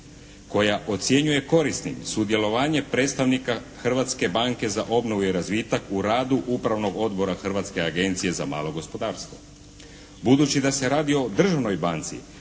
koja ocjenjuje korisnim sudjelovanje predstavnika Hrvatske banke za obnovu i razvitak u radu Upravnog odbora Hrvatske agencije za malo gospodarstvo. Budući da se radi o državnoj banci